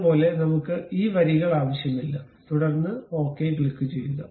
അതുപോലെ നമ്മുക്ക് ഈ വരികൾ ആവശ്യമില്ല തുടർന്ന് ഓക്കേ ക്ലിക്കുചെയ്യുക